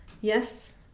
Yes